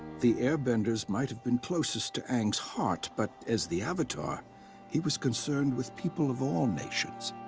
the air benders might have been closest to aang's heart, but as the avatar he was concerned with people of all nations.